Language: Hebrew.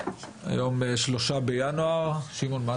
היום יום שני ה-3 בינואר 2022. שמעון,